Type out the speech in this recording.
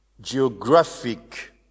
geographic